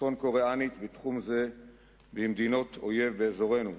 צפון-קוריאנית בתחום זה במדינות אויב באזורנו,